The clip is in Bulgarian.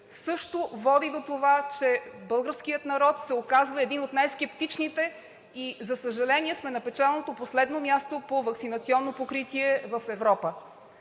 също води до това, че българският народ се оказва един от най-скептичните. И за съжаление, сме на печалното последно място по ваксинационно покритие в Европа.